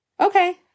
Okay